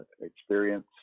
experience